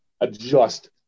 adjust